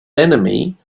enemy